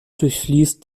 durchfließt